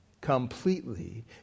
completely